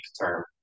term